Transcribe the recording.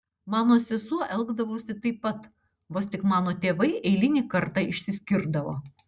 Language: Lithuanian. mano sesuo elgdavosi taip pat vos tik mano tėvai eilinį kartą išsiskirdavo